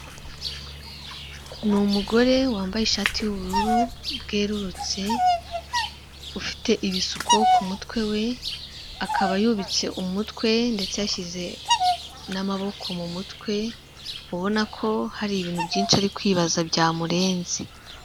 Ni umugore wambaye ishati y'ubururu bwerurutse, ufite ibisuko ku mutwe we, akaba yubitse umutwe ndetse yashyize n'amaboko mu mutwe ubona ko hari ibintu byinshi ari kwibaza byamurenze.